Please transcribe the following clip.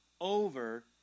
over